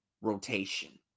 rotation